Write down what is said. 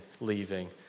leaving